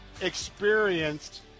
experienced